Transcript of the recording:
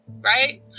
right